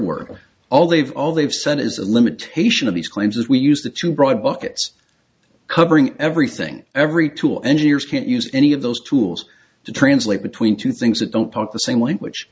words all they've all they've sent is a limitation of these claims as we use the too broad buckets covering everything every tool engineers can't use any of those tools to translate between two things that don't talk the same language